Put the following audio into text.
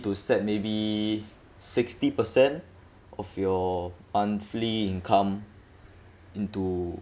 to set maybe sixty percent of your monthly income into